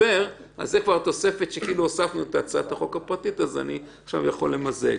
זאת תוספת שכאילו הוספנו את הצעת החוק הפרטית ועכשיו אני יכול למזג.